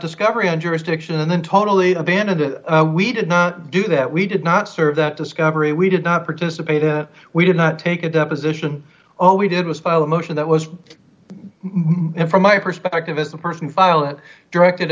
discovery injuries diction and then totally abandoned it we did not do that we did not serve that discovery we did not participate in it we did not take a deposition all we did was file a motion that was from my perspective as a person file and directed